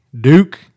Duke